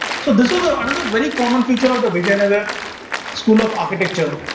so, this was ah another very common feature of the vijayanagara school of architecture.